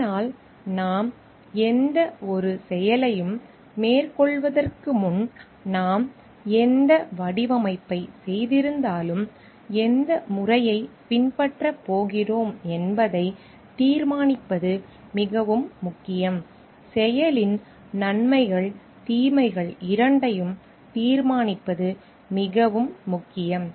ஆனால் நாம் எந்த ஒரு செயலையும் மேற்கொள்வதற்கு முன் நாம் எந்த வடிவமைப்பை செய்திருந்தாலும் எந்த முறையைப் பின்பற்றப் போகிறோம் என்பதைத் தீர்மானிப்பது மிகவும் முக்கியம் செயலின் நன்மை தீமைகள் இரண்டையும் தீர்மானிப்பது மிகவும் முக்கியம்